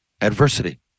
adversity